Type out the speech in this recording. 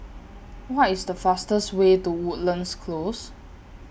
What IS The fastest Way to Woodlands Close